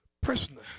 prisoner